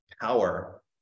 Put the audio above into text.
power